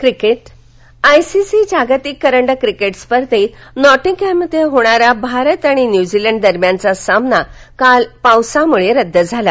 cricket I C C जागतिक करंडक cricket स्पर्धेतनॉटिंगइममध्ये होणारा भारत आणि न्यूझीलंड दरम्यानचा सामना काल पावसामुळे रद्द झाला